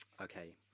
okay